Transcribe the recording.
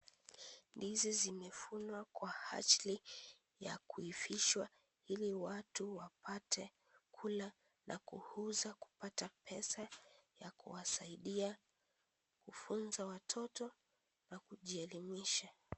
Ndizi zimevunwa kwa ajili ya kuivishwa ili watu wapate kula na kuuza kupata pesa ya kuwasaidia kufunza watoto na kujielimisha.